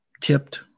tipped